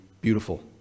beautiful